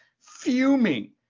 fuming